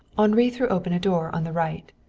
henri threw open a door on the right.